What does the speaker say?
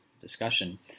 discussion